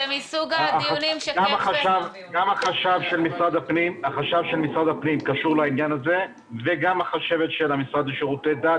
גם החשב של משרד הפנים קשור לעניין הזה וגם החשבת של המשרד לשירותי דת,